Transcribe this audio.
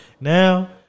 Now